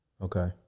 okay